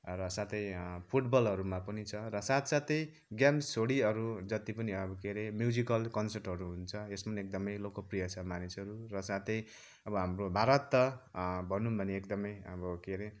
र साथै फुटबलहरूमा पनि छ र साथ साथै गेम्स छोडी अरू जति पनि अब के अरे म्युजिकल कनसर्टहरू हुन्छ यसमा धेरै लोकप्रिय छ मानिसहरू र साथै हाम्रो भारत भनौँ भने एकदमै अब के अरे